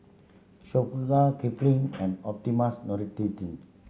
Kipling and Optimums